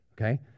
okay